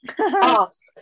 ask